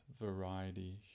variety